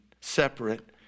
separate